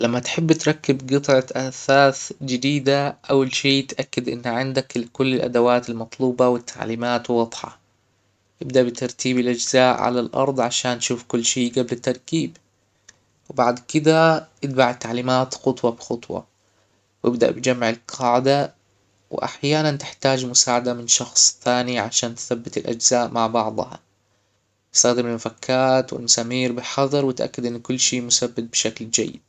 لما تحب تركب جطعة اثاث جديدة اول شي إتأكد ان عندك كل الادوات المطلوبة وتعليمات واضحة ابدأ بترتيب الاجزاء على الارض عشان تشوف كل شي جبل التركيب وبعد كدا اتبع التعليمات خطوة بخطوة وابدأ بجمع القاعدة واحيانا تحتاج مساعدة من شخص ثاني عشان تثبت الاجزاء مع بعضها إستخدم المفكات والمسامير بحظر وتأكد ان كل شي مثبت بشكل جيد